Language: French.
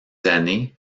années